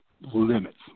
limits